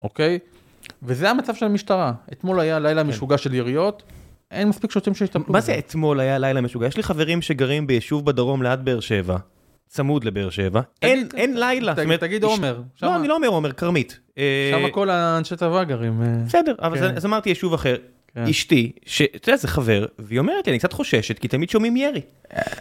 וזה המצב של המשטרה, אתמול היה לילה משוגע של יריות, אין מספיק שוטרים שהש... מה זה אתמול היה לילה משוגע? יש לי חברים שגרים ביישוב בדרום ליד באר שבע, צמוד לבאר שבע, אין לילה. תגיד עומר. לא, אני לא אומר עומר, כרמית. עכשיו הכל האנשי צבא גרים. בסדר, אז אמרתי יישוב אחר, אשתי, שזה חבר, והיא אומרת לי, אני קצת חוששת, כי תמיד שומעים ירי.